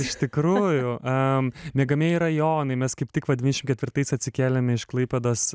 iš tikrųjų a miegamieji rajonai mes kaip tik va devyniasdešimt ketvirtais atsikėlėme iš klaipėdos